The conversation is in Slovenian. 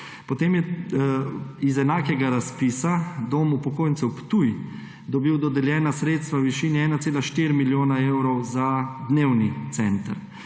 potem je iz enakega razpisa Dom upokojencev Ptuj dobil dodeljena sredstva v višini 1,4 milijona evrov za dnevni center.